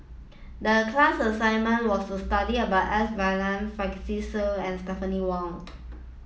the class assignment was to study about S Varathan Francis Seow and Stephanie Wong